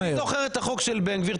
אני זוכר את החוק של בן גביר,